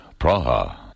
Praha